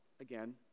again